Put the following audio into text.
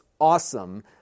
awesome